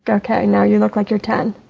ok, now you look like you're ten,